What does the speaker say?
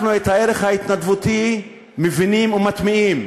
אנחנו, את הערך ההתנדבותי מבינים ומטמיעים.